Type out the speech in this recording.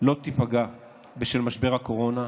לא תיפגע בשל משבר הקורונה.